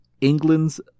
England's